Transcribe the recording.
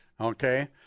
Okay